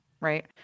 Right